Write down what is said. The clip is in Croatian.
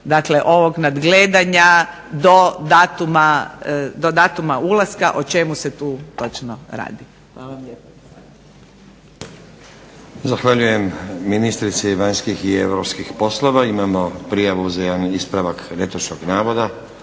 ovog nadgledanja do datuma ulaska, o čemu se tu točno radi.